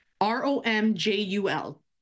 R-O-M-J-U-L